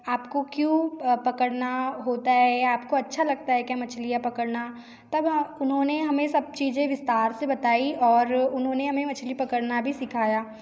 आपको क्यों पकड़ना होता है या आपको अच्छा लगता है क्या मछलियाँ पकड़ना तब वह उन्होंने हमें सब चीज़ें विस्तार से बताई और उन्होंने हमें मछली पकड़ना भी सिखाया